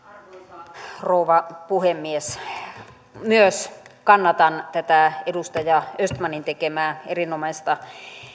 arvoisa rouva puhemies myös minä kannatan tätä edustaja östmanin tekemää erinomaista